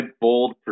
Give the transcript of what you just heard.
bold